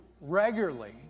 regularly